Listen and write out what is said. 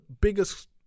biggest